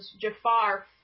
Jafar